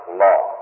law